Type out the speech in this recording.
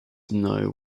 know